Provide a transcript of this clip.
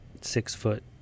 six-foot